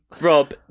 Rob